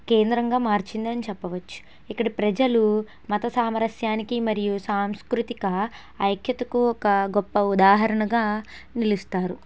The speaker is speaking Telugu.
కేంద్రంగా మార్చిందని చెప్పవచ్చు ఇక్కడ ప్రజలు మతసామరస్యానికి మరియు సాంస్కృతిక ఐక్యతకు ఒక గొప్ప ఉదాహరణగా నిలుస్తారు